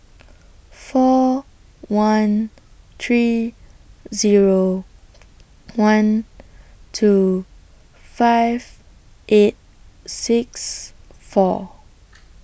four one three Zero one two five eight six four